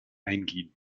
eingehen